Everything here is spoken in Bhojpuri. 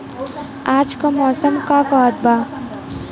आज क मौसम का कहत बा?